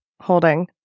holding